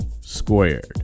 Squared